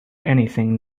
anything